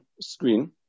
screen